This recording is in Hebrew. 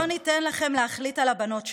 לא ניתן לכם להחליט על הבנות שלנו.